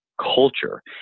culture